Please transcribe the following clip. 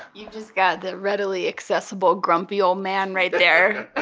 you've just got the readily accessible grumpy old man, right there